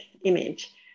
image